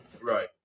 Right